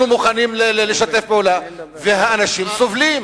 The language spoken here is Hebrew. אנחנו מוכנים לשתף פעולה, והאנשים סובלים.